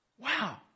Wow